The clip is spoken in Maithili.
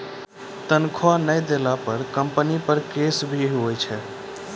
तनख्वाह नय देला पर कम्पनी पर केस भी हुआ पारै छै